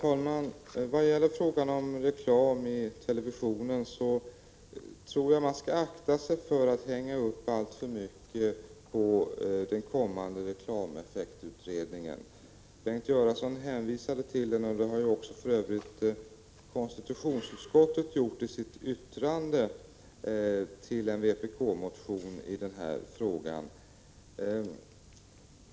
Herr talman! I fråga om reklam i TV tror jag att man skall akta sig för att hänga upp alltför mycket på den kommande reklameffektutredningen. Bengt Göransson hänvisade till denna, och det har för övrigt också konstitutionsutskottet gjort i sitt yttrande om en vpk-motion i denna fråga.